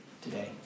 today